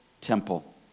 temple